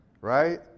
right